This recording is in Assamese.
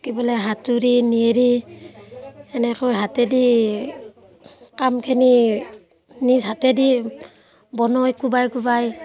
কি বোলে হাতুৰী নিৰি এনেকৈ হাতেদি কামখিনি নিজ হাতেদি বনোৱাই কোবাই কোবাই